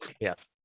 Yes